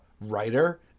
writer